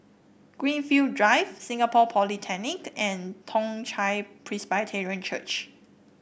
Greenfield Drive Singapore Polytechnic and Toong Chai Presbyterian Church